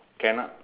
cannot